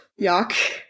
Yuck